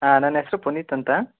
ನನ್ನ ಹೆಸರು ಪುನೀತ್ ಅಂತ